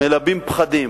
מלבים פחדים,